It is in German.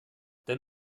denn